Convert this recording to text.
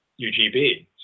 UGB